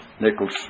Nichols